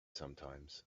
sometimes